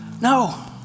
No